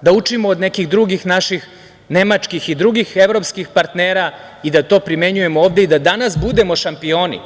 da učimo od nekih drugih naših nemačkih i drugih evropskih partnera i da to primenjujemo ovde i da danas budemo šampioni.